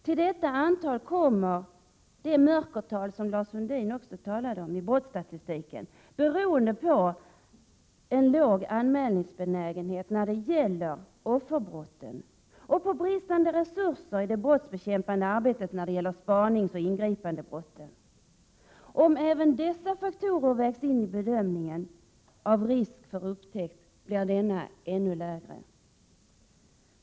Till detta antal kommer ett mörkertal, något som också Lars Sundin talade om, i brottsstatistiken som beror på en låg anmälningsbenägenhet när det gäller offer för brotten och på bristande resurser i det brottsbekämpande arbetet när det gäller spaningsoch ingripandebrotten. Om dessa faktorer vägs in i bedömningen av ”risk för upptäckt” blir risken än lägre.